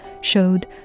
showed